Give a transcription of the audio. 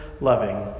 loving